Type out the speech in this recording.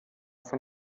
von